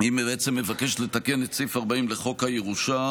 היא בעצם מבקשת לתקן את סעיף 40 לחוק הירושה.